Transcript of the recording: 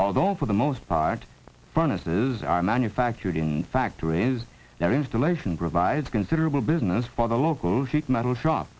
although for the most part furnaces are manufactured in factories where installation provides considerable business for the local sheet metal shop